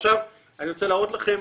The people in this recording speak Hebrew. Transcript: עכשיו, אני רוצה להראות לכם,